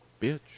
bitch